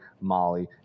molly